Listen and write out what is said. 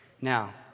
Now